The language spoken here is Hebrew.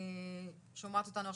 אולי היא שומעת אותנו עכשיו,